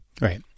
Right